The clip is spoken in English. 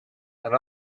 and